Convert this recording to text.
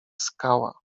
skała